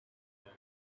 that